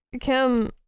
Kim